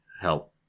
help